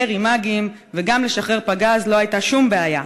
ירי, "מא"גים, וגם לשחרר פגז לא הייתה שום בעיה,